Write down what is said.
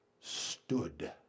stood